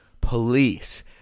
police